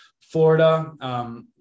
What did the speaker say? Florida